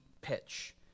pitch